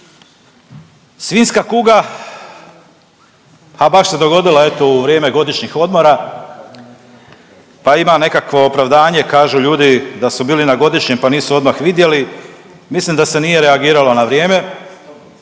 Svinjska kuga, a baš se dogodila eto u vrijeme godišnjih odmora, pa ima nekakvo opravdanje, kažu ljudi da su bili na godišnjem, pa nisu odmah vidjeli, mislim da se nije reagiralo na vrijeme,